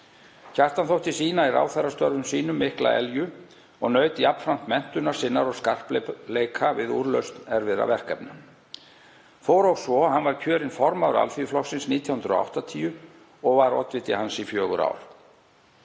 Kjartan þótti sýna í ráðherrastörfum sínum mikla elju og naut jafnframt menntunar sinnar og skarpleika við úrlausn erfiðra verkefna. Fór og svo að hann var kjörinn formaður Alþýðuflokksins 1980 og var oddviti hans í fjögur ár.